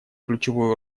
ключевую